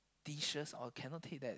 dishes or cannot take that